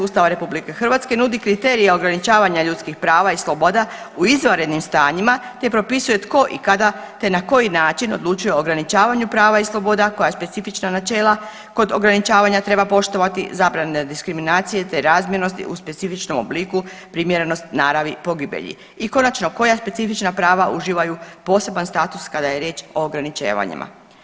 Ustava RH nudi kriterije ograničavanja ljudskih prava i sloboda u izvanrednim stanjima, te propisuje tko i kada, te na koji način odlučuje o ograničavanju prava i sloboda, koja specifična načela kod ograničavanja treba poštovati, zabrane diskriminacije, te razmjernosti u specifičnom obliku primjerenost naravi i pogibelji i konačno koja specifična prava uživaju poseban status kada je riječ o ograničavanjima?